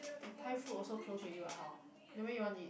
the Thai food also close already what hor then where you want to eat